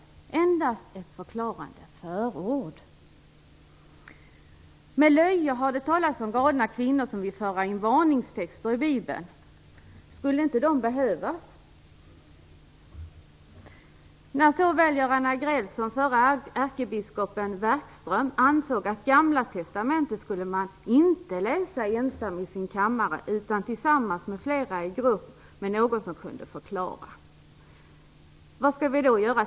Det är bara fråga om ett förklarande förord. Med löje har det talats om galna kvinnor som vill föra in varningstexter i Bibeln. Skulle inte de behövas? Werkström har ansett att man inte skall läsa Gamla testamentet ensam i sin kammare utan tillsammans i grupp, med någon som kan förklara. Vad skall vi då göra?